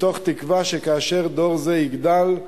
מתוך תקווה שכאשר דור זה יגדל,